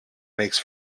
makes